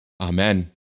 Amen